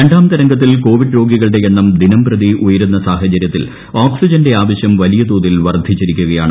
രണ്ടാം തരംഗത്തിൽ കോവിഡ് രോഗികളുടെ എണ്ണം ദിനംപ്രതി ഉയരുന്ന സാഹചര്യത്തിൽ ഓക്സിജന്റെ ആവശ്യം വലിയതോതിൽ വർധിച്ചിരിക്കുകയാണ്